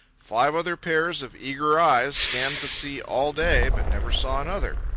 five other pairs of eager eyes scanned the sea all day, but never saw another.